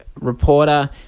reporter